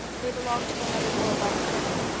they belonged to another world altogether.